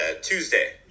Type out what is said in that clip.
Tuesday